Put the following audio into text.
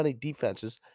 defenses